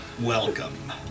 Welcome